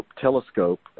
telescope